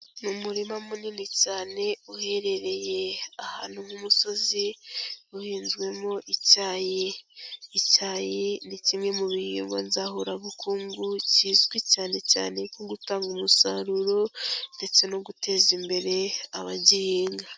Ni umurima munini cyane uherereye ahantu h'umusozi uhinzwemo icyayi. Icyayi ni kimwe mu bihingwa nzahurabukungu kizwi cyane cyane ku gutanga umusaruro ndetse no guteza imbere abagihinga.